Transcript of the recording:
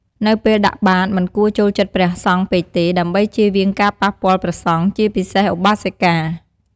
នៅពេលដាក់បាតមិនគួរចូលជិតព្រះសង្ឃពេកទេ ដើម្បីជៀសវាងការប៉ះពាល់ព្រះសង្ឃ ជាពិសេសឧបាសិកា។